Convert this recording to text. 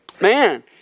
Man